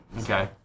Okay